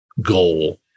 goal